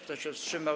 Kto się wstrzymał?